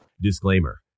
Disclaimer